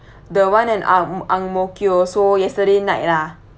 the one at Ang Ang Mo Kio so yesterday night lah